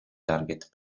target